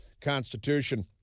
Constitution